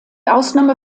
ausnahme